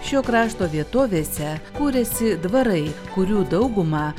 šio krašto vietovėse kūrėsi dvarai kurių daugumą